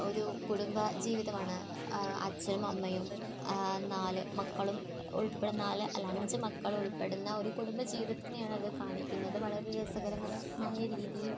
ഒരു കുടുംബ ജീവിതമാണ് അച്ഛനും അമ്മയും നാല് മക്കളും ഉൾപ്പെടുന്ന നാല് അല്ല അഞ്ച് മക്കൾ ഉൾപ്പെടുന്ന ഒരു കുടുംബ ജീവിതത്തിനെയാണ് അത് കാണിക്കുന്നത് വളരെ രസകരം കരമായ രീതിയിൽ